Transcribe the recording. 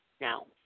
now